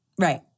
Right